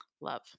Love